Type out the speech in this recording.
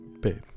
babe